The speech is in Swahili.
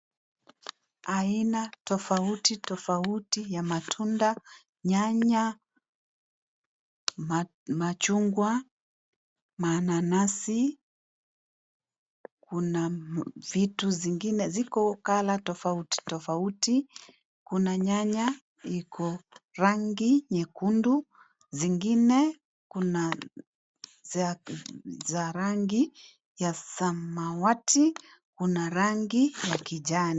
Aina tofauti tofauti ya matunda; nyanya, machungwa, mananasi kuna vitu zingine ziko colour tofauti tofauti kuna nyanya iko rangi nyekundu zingine kuna za rangi ya samawati kuna rangi ya kijani.